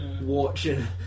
watching